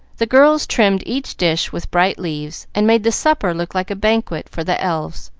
the girls trimmed each dish with bright leaves, and made the supper look like a banquet for the elves,